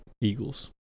Eagles